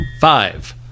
Five